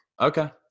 Okay